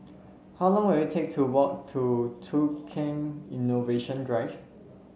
how long will it take to walk to Tukang Innovation Drive